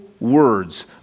words